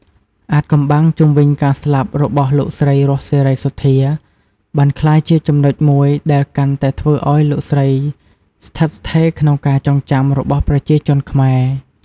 អាថ៌កំបាំងជុំវិញការស្លាប់របស់លោកស្រី រស់ សេរីសុទ្ធា បានក្លាយជាចំណុចមួយដែលកាន់តែធ្វើឲ្យលោកស្រីស្ថិតស្ថេរក្នុងការចងចាំរបស់ប្រជាជនខ្មែរ។